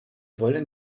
wollen